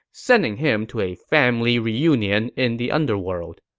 sending him to a family reunion in the underworld.